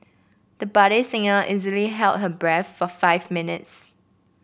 the budding singer easily held her breath for five minutes